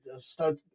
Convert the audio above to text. stud